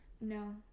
No